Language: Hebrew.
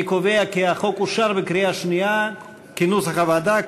אני קובע כי החוק אושר בקריאה שנייה כנוסח הוועדה,